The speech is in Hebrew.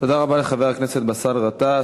תודה רבה לחבר הכנסת באסל גטאס.